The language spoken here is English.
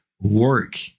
work